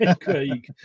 Craig